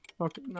Okay